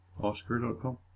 Oscar.com